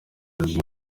yabwiye